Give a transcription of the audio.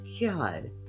God